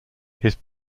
his